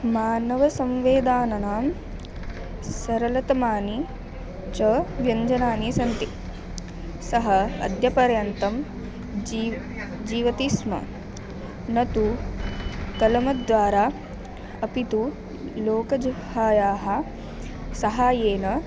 मानवसंवेदानानां सरलतमानि च व्यञ्जनानि सन्ति सः अद्यपर्यन्तं जीव् जीवन्ति स्म न तु कलमद्वारा अपि तु लोकजहायाः सहाय्येन